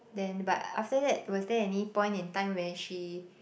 then but after that was there any point in time when she